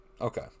Okay